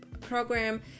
program